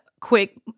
quick